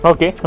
Okay